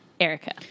Erica